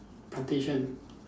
plantation